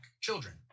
children